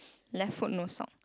left foot no sock